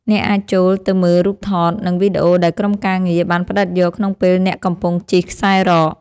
អ្នកអាចចូលទៅមើលរូបថត និងវីដេអូដែលក្រុមការងារបានផ្ដិតយកក្នុងពេលអ្នកកំពុងជិះខ្សែរ៉ក។